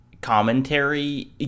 commentary